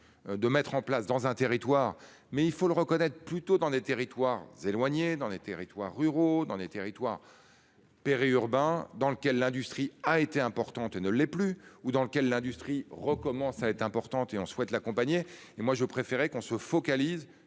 De mettre en place dans un territoire mais il faut le reconnaître, plutôt dans les territoires éloignés, dans les territoires ruraux dans les territoires. Périurbains dans lequel l'industrie a été importante et ne l'est plus, ou dans lequel l'industrie recommence à être importante et on souhaite l'accompagner et moi je préférerais qu'on se focalise